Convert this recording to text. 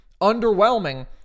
underwhelming